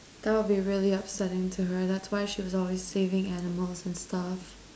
that will be really upsetting to her that's why she was always saving animals and stuff